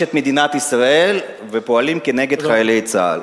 את מדינת ישראל ופועלים כנגד חיילי צה"ל.